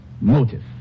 Motive